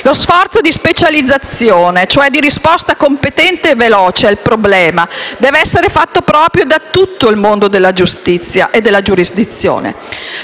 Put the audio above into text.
lo sforzo di specializzazione, cioè di risposta competente e veloce al problema, deve essere compiuto proprio da tutto il mondo della giustizia e della giurisdizione.